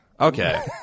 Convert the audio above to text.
Okay